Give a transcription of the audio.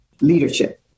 leadership